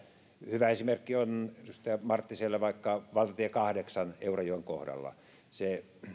hyvä esimerkki edustaja marttiselle on vaikka valtatie kahdeksan eurajoen kohdalla